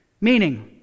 Meaning